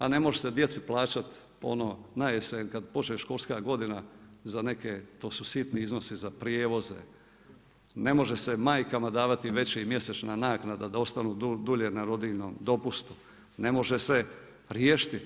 A ne može se djeci plaćati ono na jesen kada počne školska godina za neke to su sitni iznosi, za prijevoze, ne može se majkama davati veća mjesečna naknada da ostanu dulje na rodiljinom dopustu, ne može se riješiti.